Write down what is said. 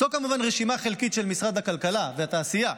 זו כמובן רשימה חלקית של משרד הכלכלה והתעשייה.